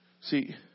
see